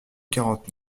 quarante